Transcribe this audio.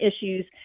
issues